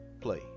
Play